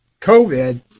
covid